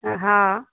हँ